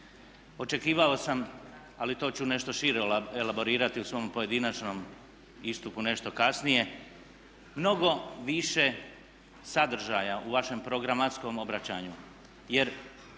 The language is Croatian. Očekivao sam, ali to ću nešto šire elaborirati u svom pojedinačnom istupu nešto kasnije mnogo više sadržaja u vašem programatskom obraćanju.